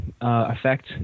effect